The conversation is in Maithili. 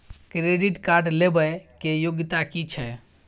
क्रेडिट कार्ड लेबै के योग्यता कि छै?